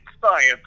Science